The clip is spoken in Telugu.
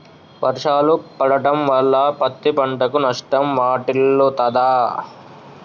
వర్షాలు పడటం వల్ల పత్తి పంటకు నష్టం వాటిల్లుతదా?